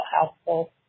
helpful